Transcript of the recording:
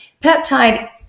peptide